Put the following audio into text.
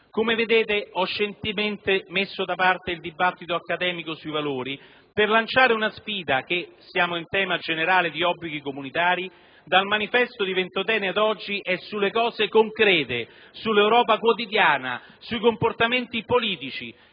Come vedete, ho scientemente messo da parte il dibattito accademico sui valori per lanciare una sfida che - siamo in tema generale di obblighi comunitari - dal «Manifesto di Ventotene» ad oggi, è sulle cose concrete, sull'Europa quotidiana, sui comportamenti politici.